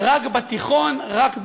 רק בתיכון, רק ברשות.